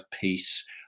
peace